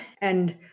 and-